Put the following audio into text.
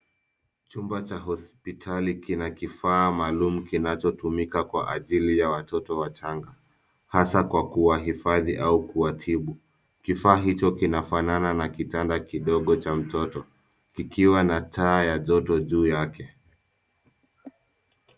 Chumba cha hospitali kina kifaa maalum kinachotumika kwa ajili ya watoto wachanga, hasa kwa kuwahifadhi au kuwatibu. Kifaa hicho kinafanana na kitanda kidogo cha mtoto, kikiwa na taa ya joto juu yake.